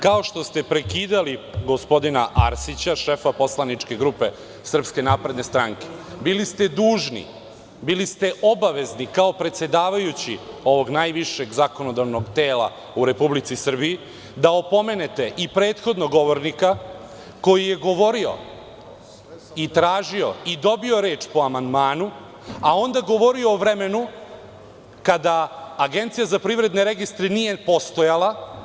Kao što ste prekidali gospodina Arsića, šefa poslaničke grupe SNS, bili ste dužni, bili ste obavezni kao predsedavajući ovog najvišeg zakonodavnog tela u Republici Srbiji, da opomenete i prethodnog govornika koji je govorio, tražio i dobio reč po amandmanu, a onda je govorio o vremenu kada Agencija za privredne registre nije postojala.